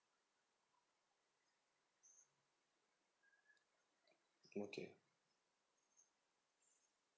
okay